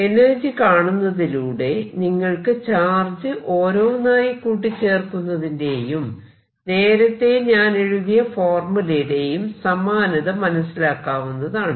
energy കാണുന്നതിലൂടെ നിങ്ങൾക്ക് charge ഓരോന്നായി കൂട്ടി ചേർക്കുന്നതിന്റെയും നേരത്തെ ഞാൻ എഴുതിയ ഫോർമുലയുടെയും സമാനത മനസിലാക്കാവുന്നതാണ്